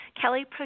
Kelly